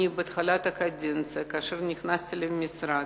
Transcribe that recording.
בתחילת הקדנציה, כאשר נכנסתי למשרד,